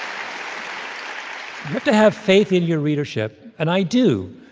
um to have faith in your readership, and i do,